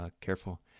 careful